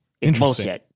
Interesting